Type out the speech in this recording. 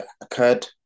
occurred